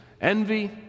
envy